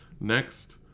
Next